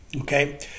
okay